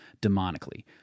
demonically